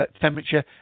temperature